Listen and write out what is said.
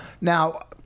Now